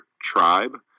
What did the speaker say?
tribe